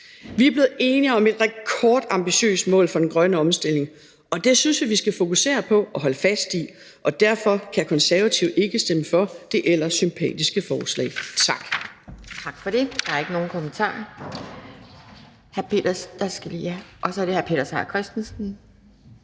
Vi er blevet enige om et rekordambitiøst mål for den grønne omstilling, og det synes jeg at vi skal fokusere på og holde fast i. Derfor kan Konservative ikke stemme for det ellers sympatiske forslag. Tak.